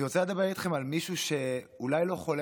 אני רוצה לדבר איתכם על מישהו שאולי לא חולם